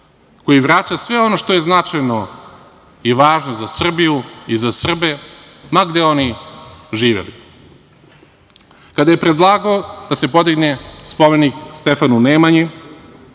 koji vraća sve ono što je značajno i važno za Srbiju, za Srbe, ma gde oni živeli. Kada je predlagao da se podigne spomenik Stefanu Nemanji,